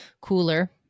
cooler